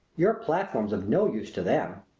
your platform's of no use to them.